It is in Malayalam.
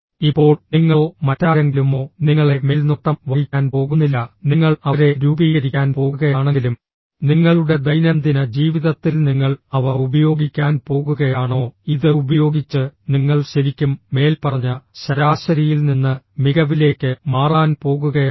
ഇപ്പോൾ നിങ്ങളോ മറ്റാരെങ്കിലുമോ നിങ്ങളെ മേൽനോട്ടം വഹിക്കാൻ പോകുന്നില്ല നിങ്ങൾ അവരെ രൂപീകരിക്കാൻ പോകുകയാണെങ്കിലും നിങ്ങളുടെ ദൈനംദിന ജീവിതത്തിൽ നിങ്ങൾ അവ ഉപയോഗിക്കാൻ പോകുകയാണോ ഇത് ഉപയോഗിച്ച് നിങ്ങൾ ശരിക്കും മേൽപ്പറഞ്ഞ ശരാശരിയിൽ നിന്ന് മികവിലേക്ക് മാറാൻ പോകുകയാണോ